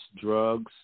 drugs